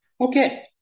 Okay